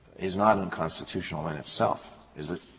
is not unconstitutional in itself, is it?